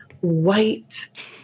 white